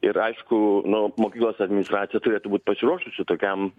ir aišku nu mokyklos administracija turėtų būt pasiruošusi tokiam